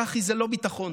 צח"י זה לא ביטחון,